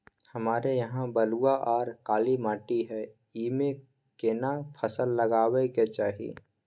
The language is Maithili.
हमरा यहाँ बलूआ आर काला माटी हय ईमे केना फसल लगबै के चाही?